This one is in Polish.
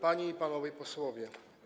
Panie i Panowie Posłowie!